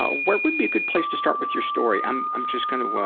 ah where would be a good place to start with your story? i'm i'm just going to